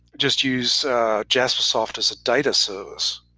just use jaspersoft as a data service,